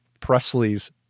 presley's